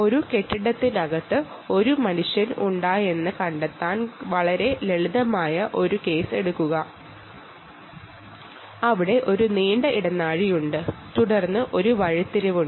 ഒരു കെട്ടിടത്തിനകത്ത് ഒരു മനുഷ്യൻ ഉണ്ടോയെന്ന് കണ്ടെത്തുക എന്ന വളരെ ലളിതമായ ഒരു കേസ് എടുക്കുക അവിടെ ഒരു നീണ്ട ഇടനാഴി ഉണ്ട് തുടർന്ന് ഒരു വഴിത്തിരിവ് ഉണ്ട്